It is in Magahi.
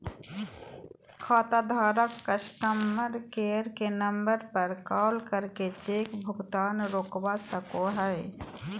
खाताधारक कस्टमर केयर के नम्बर पर कॉल करके चेक भुगतान रोकवा सको हय